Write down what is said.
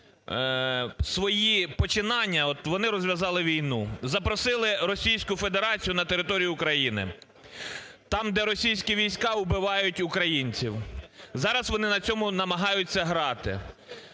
свої починання, от вони розв'язали війну, запросили Російську Федерацію на територію України там, де російські війська вбивають українців, зараз вони на цьому намагаються грати.